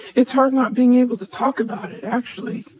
it's hard not being able to talk about it actually,